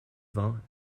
vingts